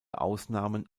ausnahmen